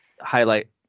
highlight